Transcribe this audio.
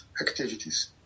activities